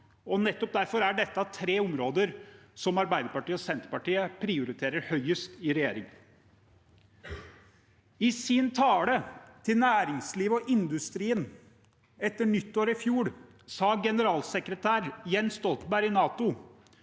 og nettopp derfor er dette tre områder som Arbeiderpartiet og Senterpartiet prioriterer høyest i regjering. I sin tale til næringslivet og industrien etter nyttår i fjor sa generalsekretær Jens Stoltenberg i NATO